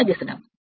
కాబట్టి 1 n2 1 0